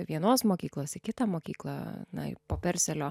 vienos mokyklos į kitą mokyklą na po perselio